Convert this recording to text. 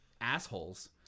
assholes